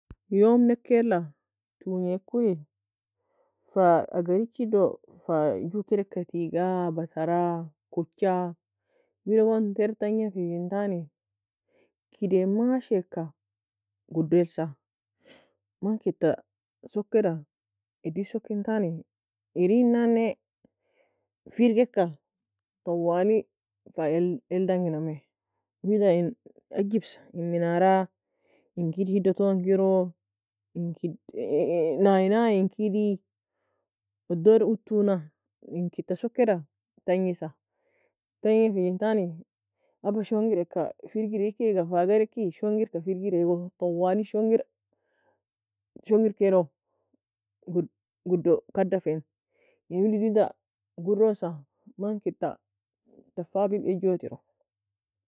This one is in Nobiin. يوم nokila tungi koe fa agar echie do joo kedeka teaga batara kocha jowa gon ter tanga fe entani kid mashi ka goude elsa min kid ta sokeda eidi soki entani enin na firgika twali fa el eldangi nami wida ahibsa en minara? En kid hido tone kiro? En kid e e nine na en kidi? Odour otow na? En kid ta sokeda tangesa tanga fe entani aba shonigir ka firgirae eag kaga fa gel aki shingir ka firgir eago twali shongir shongir ka alio godo kada fe en ولدtoud wida giurosa man kid teifab ka go tero